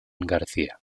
garcía